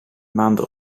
maande